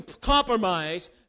compromise